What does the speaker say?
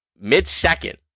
mid-second